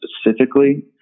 specifically